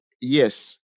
yes